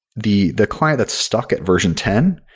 the the client that's stuck at version ten,